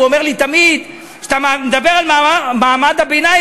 הוא אומר לי תמיד: כשאתה מדבר על מעמד הביניים,